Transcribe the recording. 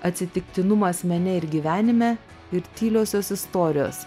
atsitiktinumas mene ir gyvenime ir tyliosios istorijos